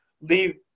leave